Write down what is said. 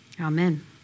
Amen